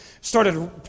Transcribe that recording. started